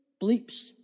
bleeps